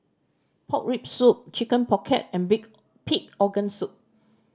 pork rib soup Chicken Pocket and pig organ soup